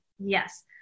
Yes